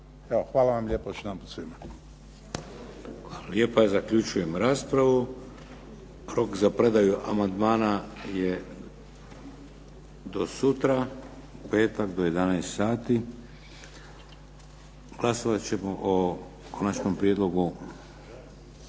Vladimir (HDZ)** Hvala lijepa. Zaključujem raspravu. Rok za predaju amandmana je do sutra, petak do 11 sati. Glasovat ćemo o konačnom prijedlogu